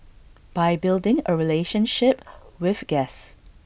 by building A relationship with guests